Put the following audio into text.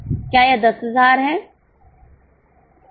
क्या यह 10000 है